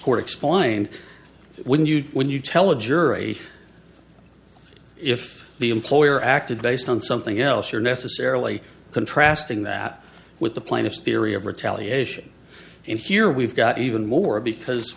court explained when you when you tell a jury if the employer acted based on something else you're necessarily contrasting that with the plaintiff's theory of retaliation and here we've got even more because